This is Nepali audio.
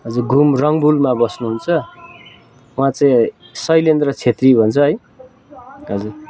हजुर घुम रङ्बुलमा बस्नुहुन्छ उहाँ चाहिँ शैलेन्द्र छेत्री भन्छ है हजुर